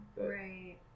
Right